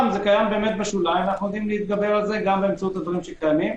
קיים בשוליים ואנו יודעים להתגבר על זה גם באמצעות הדברים שקיימים.